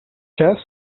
chess